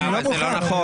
אני לא מוכן.